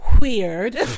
weird